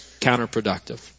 counterproductive